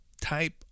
type